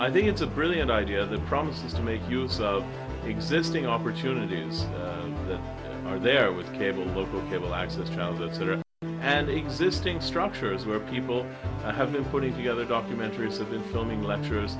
i think it's a brilliant idea that promises to make use of existing opportunities that are there with cable local cable access no visitors and existing structures where people have been putting together documentaries have been filming lectures